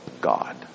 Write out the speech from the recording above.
God